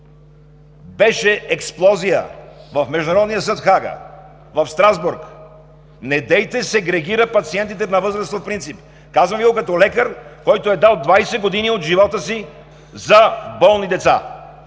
Беше експлозия в Международния съд в Хага, в Страсбург. Недейте сегрегира пациентите на възраст по принцип. Казвам Ви го като лекар, който е дал 20 години от живота си за болни деца.